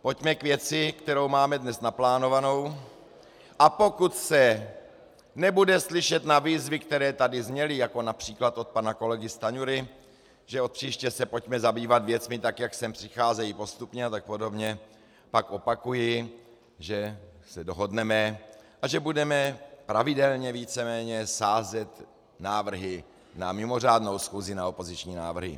Pojďme k věci, kterou máme dnes naplánovanou, a pokud se nebude slyšet na výzvy, které tady zněly, jako např. od pana kolegy Stanjury, že od příště se pojďme zabývat věcmi, tak jak sem přicházejí postupně a tak podobně, pak opakuji, že se dohodneme a že budeme pravidelně víceméně sázet návrhy na mimořádnou schůzi na opoziční návrhy.